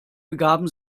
begaben